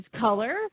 color